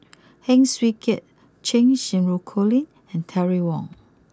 Heng Swee Keat Cheng Xinru Colin and Terry Wong